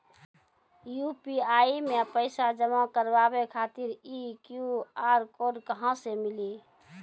UPI मे पैसा जमा कारवावे खातिर ई क्यू.आर कोड कहां से मिली?